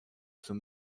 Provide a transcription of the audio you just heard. zum